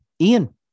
Ian